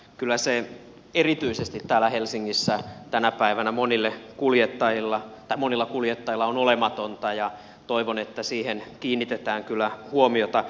kyllä se erityisesti täällä helsingissä tänä päivänä monilla kuljettajilla on olematonta ja toivon että siihen kiinnitetään kyllä huomiota